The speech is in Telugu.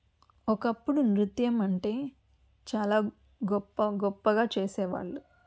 ఒకప్పుడు నృత్యం అంటే చాలా గొప్ప గొప్పగా చేసేవాళ్ళు